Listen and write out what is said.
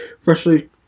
freshly